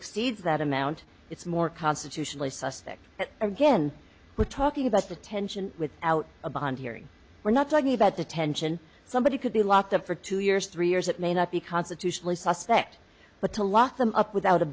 exceeds that amount it's more constitutionally suspect but again we're talking about the tension with out a bond hearing we're not talking about the tension somebody could be locked up for two years three years it may not be constitutionally suspect but to lock them up without a